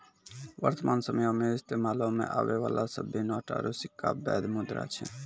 वर्तमान समयो मे इस्तेमालो मे आबै बाला सभ्भे नोट आरू सिक्का बैध मुद्रा छै